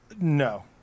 No